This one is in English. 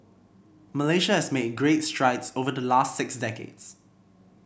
Malaysia has made great strides over the last six decades